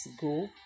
go